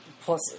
plus